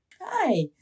Hi